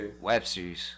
Webster's